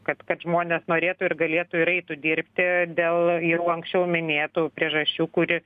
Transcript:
kad kad žmonės norėtų ir galėtų ir eitų dirbti dėl jau anksčiau minėtų priežasčių kuri